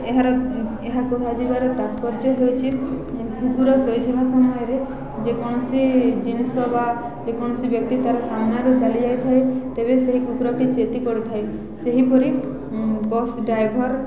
ଏହାର ଏହା କୁହାଯିବାର ତାପର୍ଯ୍ୟ ହେଉଛିି କୁକୁର ଶୋଇଥିବା ସମୟରେ ଯେକୌଣସି ଜିନିଷ ବା ଯେକୌଣସି ବ୍ୟକ୍ତି ତାର ସାମ୍ନାରେ ଚାଲିଯାଇଥାଏ ତେବେ ସେହି କୁକୁରାଟି ଚେତି ପଡ଼ିଥାଏ ସେହିପରି ବସ୍ ଡ୍ରାଇଭର୍